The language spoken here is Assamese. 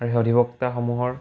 আৰু সেই অধিবক্তাসমূহৰ